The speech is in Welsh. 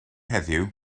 heddiw